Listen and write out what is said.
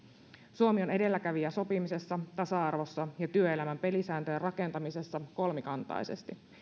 suomi on edelläkävijä sopimisessa tasa arvossa ja työelämän pelisääntöjen rakentamisessa kolmikantaisesti